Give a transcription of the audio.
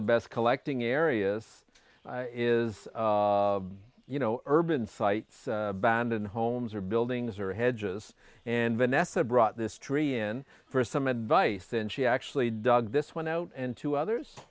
the best collecting areas is you know urban sites bandon homes or buildings or hedges and vanessa brought this tree in for some advice and she actually dug this one out and two others